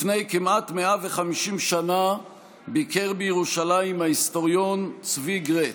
לפני כמעט 150 שנה ביקר בירושלים ההיסטוריון צבי גְרֶץ.